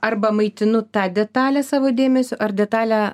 arba maitinu tą detalę savo dėmesiu ar detalę